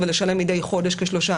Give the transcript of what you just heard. ולשלם מדי חודש כ-3%,